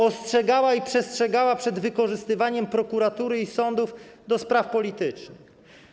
Ostrzegała i przestrzegała przed wykorzystywaniem prokuratury i sądów do spraw politycznych.